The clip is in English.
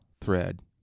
thread